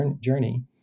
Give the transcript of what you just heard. journey